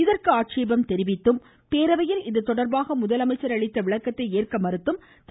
இதற்கு ஆட்சேபம் தெரிவித்தும் பேரவையில் இதுதொடர்பாக முதலமைச்சர் அளித்த விளக்கத்தை ஏற்க மறுத்தும் திரு